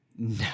No